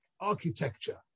architecture